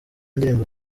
ndirimbo